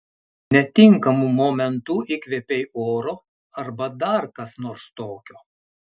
netinkamu momentu įkvėpei oro arba dar kas nors tokio